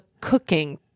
cooking